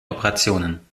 operationen